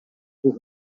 pour